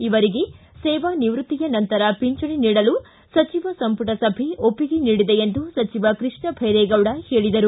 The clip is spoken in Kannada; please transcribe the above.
ಇವರಿಗೆ ಸೇವಾ ನಿವೃತ್ತಿಯ ನಂತರ ಪಿಂಚಣಿ ನೀಡಲು ಸಚಿವ ಸಂಪುಟ ಸಭೆ ಒಪ್ಪಿಗೆ ನೀಡಿದೆ ಎಂದು ಸಚಿವ ಕೃಷ್ಣ ಭೈರೇಗೌಡ ಹೇಳಿದರು